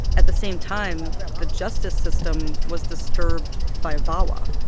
at the same time, the justice system was disturbed by vawa.